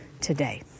today